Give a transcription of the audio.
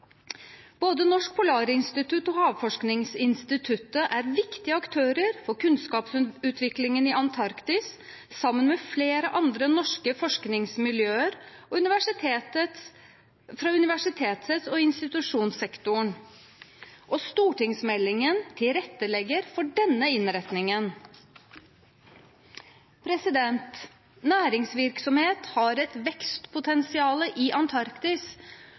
Både Norsk Polarinstitutt og Havforskningsinstituttet er viktige aktører for kunnskapsutviklingen i Antarktis sammen med flere andre norske forskningsmiljøer fra universitets- og institusjonssektoren, og stortingsmeldingen tilrettelegger for denne innretningen. Næringsvirksomhet har et vekstpotensial i Antarktis